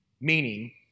meaning